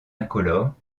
incolore